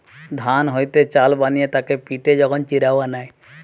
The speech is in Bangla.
ধান হইতে চাল বানিয়ে তাকে পিটে যখন চিড়া বানায়